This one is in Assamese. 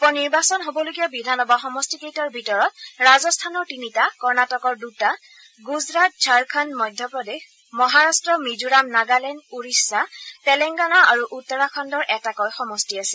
উপ নিৰ্বাচন হ'বলগীয়া বিধানসভা সমষ্টিকেইটাৰ ভিতৰত ৰাজস্থানৰ তিনিটা কৰ্ণাটকৰ দুটা ণ্ডজৰাট ঝাৰখণ্ড মধ্যপ্ৰদেশ মহাৰাট্ট মিজোৰাম নগালেণ্ড ওড়িশা তেলেংগানা আৰু উত্তৰাখণ্ডৰ এটাকৈ সমষ্টি আছে